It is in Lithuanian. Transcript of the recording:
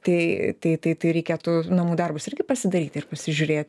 tai tai tai reikėtų namų darbus irgi pasidaryti ir pasižiūrėti